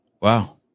Wow